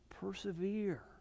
persevere